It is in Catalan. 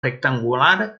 rectangular